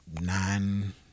nine